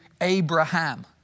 Abraham